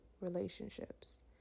relationships